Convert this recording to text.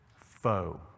foe